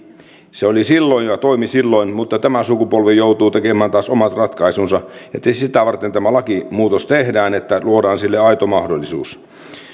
oli silloin ja toimi silloin mutta tämä sukupolvi joutuu tekemään taas omat ratkaisunsa sitä varten tämä lakimuutos tehdään että luodaan sille aito mahdollisuus